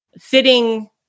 fitting